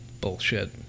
Bullshit